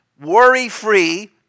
worry-free